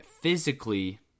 physically